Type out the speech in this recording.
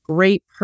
Great